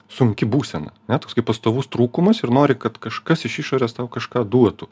sunki būsena ne toks kaip pastovus trūkumas ir nori kad kažkas iš išorės tau kažką duotų